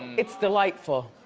it's delightful.